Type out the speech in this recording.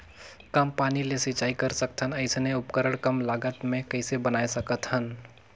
कम पानी ले सिंचाई कर सकथन अइसने उपकरण कम लागत मे कइसे बनाय सकत हन?